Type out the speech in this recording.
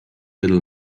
little